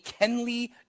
Kenley